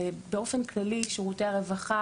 זה באופן כללי שירותי הרווחה,